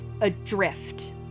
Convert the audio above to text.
adrift